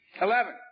Eleven